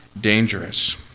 dangerous